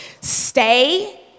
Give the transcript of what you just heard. stay